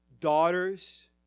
daughters